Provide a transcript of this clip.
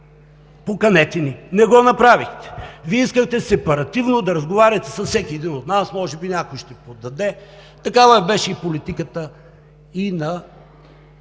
поканете ни. Не го направихте! Вие искахте сепаративно да разговаряте с всеки един от нас, може би някой ще поддаде. Такава беше политиката и на